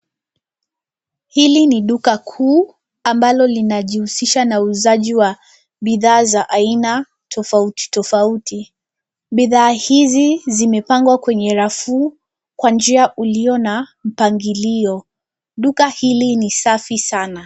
Hili ni duka kuu ambalo linajihusisha na uuzaji wa bidhaa za aina tofautitofauti. Bidhaa hizi zimeapangwa kwenye rafu kwa njia ulio na mpangilio. Duka hili ni safi sana.